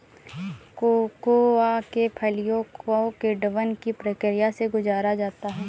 cocoa के फलियों को किण्वन की प्रक्रिया से गुजारा जाता है